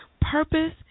Purpose